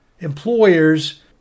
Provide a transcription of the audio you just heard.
employers